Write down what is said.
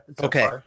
Okay